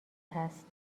هست